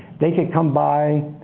they can come by